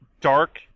Dark